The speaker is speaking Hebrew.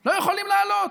לא יכולים לעלות.